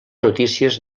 notícies